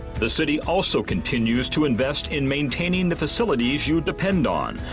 the city also continues to invest in maintaining the facilities you depend on,